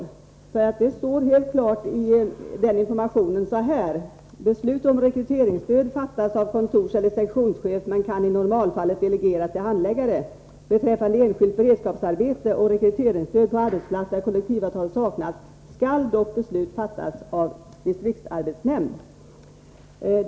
I informationen står helt klart: ”Beslut om rekryteringsstöd fattas av kontorseller sektionschef men kan i normalfallet delegeras till handläggare. Beträffande enskilt beredskapsarbete och rekryteringsstöd på arbetsplats där kollektivavtal saknas skall dock beslut fattas av DAN.” DAN står för distriktsarbetsnämnd.